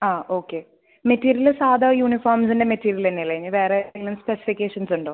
ആ okay material സാദാ യൂണിഫോംസിൻ്റെ മെറ്റീരിയൽ തന്നെ അല്ലേ ഇനി വേറെ ഏതെങ്കിലും സ്പെസിഫിക്കേഷൻസ് ഉണ്ടോ